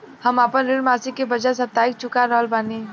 हम आपन ऋण मासिक के बजाय साप्ताहिक चुका रहल बानी